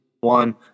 one